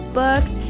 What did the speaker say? books